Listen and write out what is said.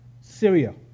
Syria